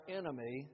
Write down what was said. enemy